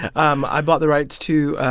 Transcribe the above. um i bought the rights to